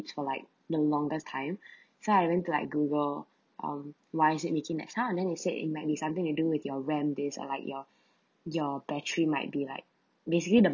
just for like the longest time so I went to like Google um why is it making that sound then it said it might be something to do with your RAM disk or like your your battery might be like basically the